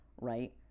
right